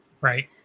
right